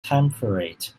temperate